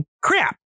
Crap